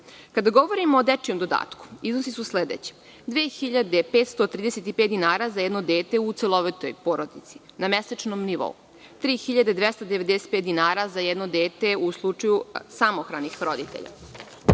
govorimo o dečijem dodatku, iznosi su sledeći – 2.535 dinara za jedno dete u celovitoj porodici na mesečnom nivou, 3.295 dinara za jedno dete u slučaju samohranih roditelja. Kada